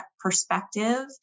perspective